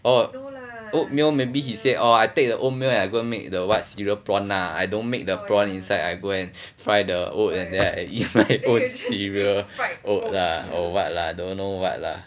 orh oatmeal maybe he said oh I take the oatmeal and I go make the what cereal prawn lah I don't make the prawn inside I go and fry the oat and then I eat my own cereal oat lah or what lah don't know what lah